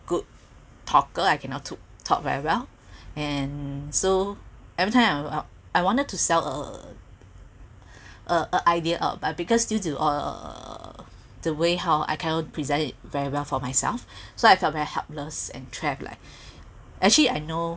good talker I cannot talk very well and so every time I wanted to sell a a idea up but because due to uh the way how I cannot present it very well for myself so I felt very helpless and trapped like actually I know